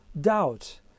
doubt